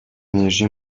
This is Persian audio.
انرژی